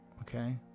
okay